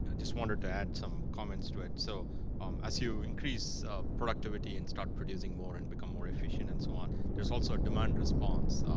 just wanted to add some comments to it. so um as you increase productivity. and start producing more, and become more efficient, and so on, there's also a demand response,